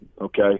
Okay